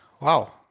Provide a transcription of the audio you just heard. wow